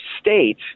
state